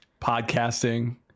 podcasting